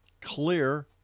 clear